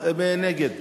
נגד.